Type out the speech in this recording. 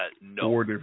No